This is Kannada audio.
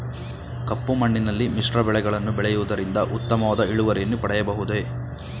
ಕಪ್ಪು ಮಣ್ಣಿನಲ್ಲಿ ಮಿಶ್ರ ಬೆಳೆಗಳನ್ನು ಬೆಳೆಯುವುದರಿಂದ ಉತ್ತಮವಾದ ಇಳುವರಿಯನ್ನು ಪಡೆಯಬಹುದೇ?